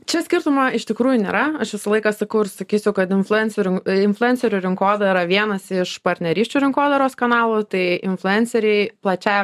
čia skirtumo iš tikrųjų nėra aš visą laiką sakau ir sakysiu kad influencerių influencerių rinkodara vienas iš partnerysčių rinkodaros kanalų tai influenceriai plačiąja